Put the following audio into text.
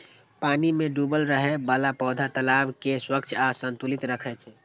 पानि मे डूबल रहै बला पौधा तालाब कें स्वच्छ आ संतुलित राखै छै